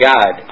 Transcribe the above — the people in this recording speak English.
God